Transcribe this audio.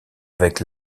avec